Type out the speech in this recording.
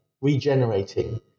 regenerating